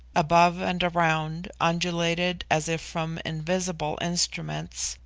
above and around, undulated as if from invisible instruments,